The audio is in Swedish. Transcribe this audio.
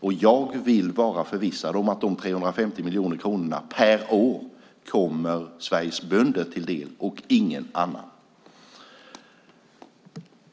Och jag vill vara förvissad om att de 350 miljoner kronorna per år kommer Sveriges bönder till del och ingen annan.